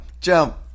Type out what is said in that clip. jump